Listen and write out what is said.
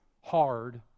hard